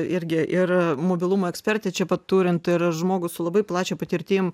irgi ir mobilumo ekspertę čia pat turint ir žmogų su labai plačia patirtim